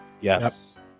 Yes